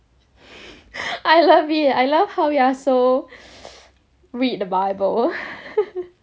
I love it I love how you are so read the bible